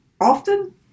often